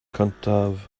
cyntaf